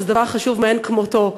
שזה דבר חשוב מאין כמותו.